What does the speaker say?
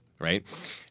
right